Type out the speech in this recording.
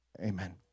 amen